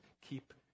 Keep